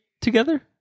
together